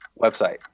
Website